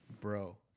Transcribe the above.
Bro